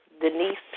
Denise